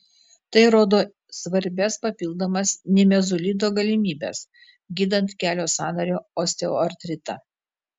tai rodo svarbias papildomas nimesulido galimybes gydant kelio sąnario osteoartritą